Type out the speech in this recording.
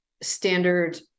standard